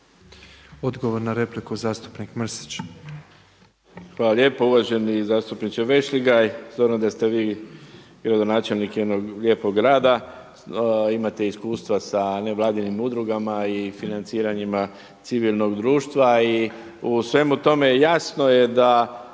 Odgovor na repliku zastupnik Mrsić.